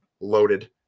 loaded